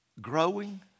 growing